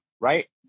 right